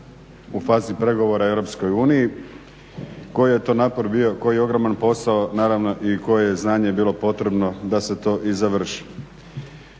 u fazi pregovora EU, koji je to napor bio, koji ogroman posao. Naravno i koje je znanje bilo potrebno da se to i završi.